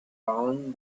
bound